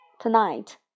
Tonight